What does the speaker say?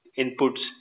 inputs